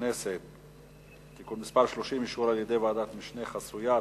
הכנסת (תיקון מס' 30) (אישור על-ידי ועדת משנה חסויה),